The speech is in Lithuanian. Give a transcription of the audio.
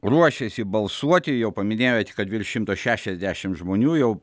ruošiasi balsuoti jau paminėjote kad virš šimto šešiasdešim žmonių jau